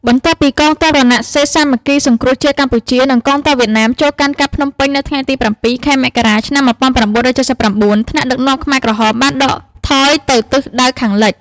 បន្ទាប់ពីកងទ័ពរណសិរ្សសាមគ្គីសង្គ្រោះជាតិកម្ពុជា និងកងទ័ពវៀតណាមចូលកាន់កាប់ភ្នំពេញនៅថ្ងៃទី៧ ខែមករា ឆ្នាំ១៩៧៩ ថ្នាក់ដឹកនាំខ្មែរក្រហមបានដកថយទៅទិសដៅខាងលិច។